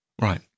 right